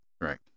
Right